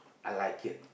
I like it